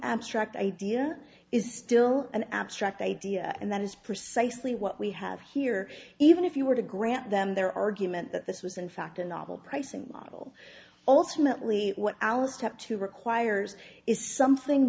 abstract idea is still an abstract idea and that is precisely what we have here even if you were to grant them their argument that this was in fact a novel pricing model also mentally what alast have to requires is something